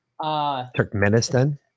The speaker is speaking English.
Turkmenistan